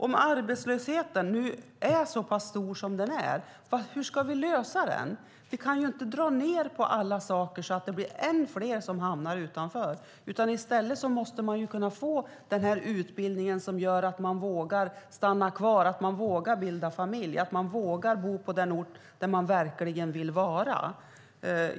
Om arbetslösheten nu är så pass stor som den är undrar jag: Hur ska vi lösa det? Vi kan ju inte dra ned på alla saker så att det blir än fler som hamnar utanför. I stället måste människor kunna få den här utbildningen, som gör att de vågar stanna kvar, att de vågar bilda familj och att de vågar bo på den ort där de verkligen vill vara.